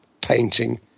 painting